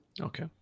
Okay